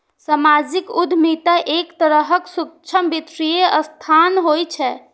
सामाजिक उद्यमिता एक तरहक सूक्ष्म वित्तीय संस्थान होइ छै